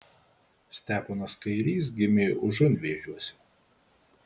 steponas kairys gimė užunvėžiuose